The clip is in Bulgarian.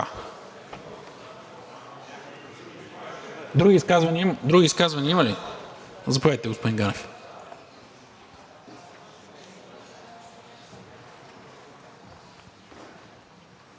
Други изказвания има ли? Заповядайте, господин Ганев.